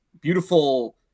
beautiful